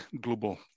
global